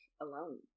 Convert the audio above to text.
alone